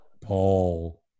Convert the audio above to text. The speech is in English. Paul